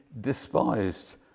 despised